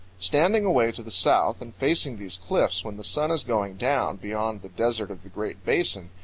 standing away to the south and facing these cliffs when the sun is going down beyond the desert of the great basin,